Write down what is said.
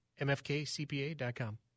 mfkcpa.com